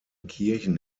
kirchen